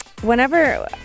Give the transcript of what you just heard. whenever